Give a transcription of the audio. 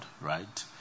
right